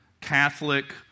Catholic